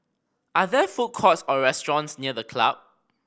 are there food courts or restaurants near The Club